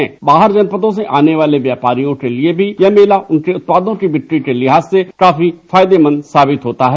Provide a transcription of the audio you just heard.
मेले में बाहर जनपदों से आने वाले व्यापारियों के लिए ये मेला उनके उत्पादों की बिक्री के लिहाज से काफी फायदेमंद साबित होता है